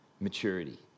Maturity